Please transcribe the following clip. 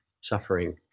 suffering